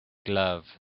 glove